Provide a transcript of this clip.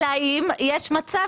אלא אם יש מצב,